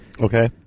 Okay